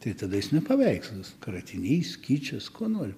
tai tada jis ne paveikslas kratinys kičas kuo nori